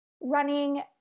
running